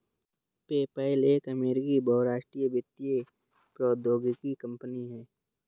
PayPal एक अमेरिकी बहुराष्ट्रीय वित्तीय प्रौद्योगिकी कंपनी है